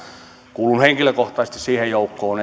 kuulun henkilökohtaisesti siihen joukkoon